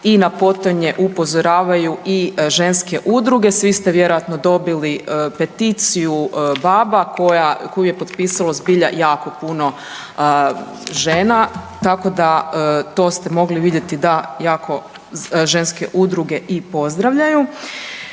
i na potonje upozoravaju i ženske udruge. Svi ste vjerojatno dobili peticiju BaBa koju je potpisalo zbilja jako puno žena, tako da to ste mogli vidjeti da jako ženske udruge i pozdravljaju.